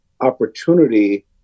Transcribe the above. opportunity